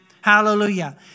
Hallelujah